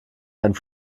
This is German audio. einen